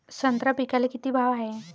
संत्रा पिकाले किती भाव हाये?